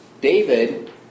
david